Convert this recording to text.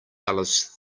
alice